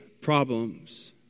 problems